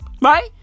Right